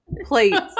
plates